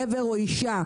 גבר או אישה,